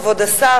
כבוד השר,